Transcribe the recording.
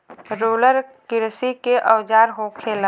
roller किरसी के औजार होखेला